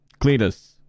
Cletus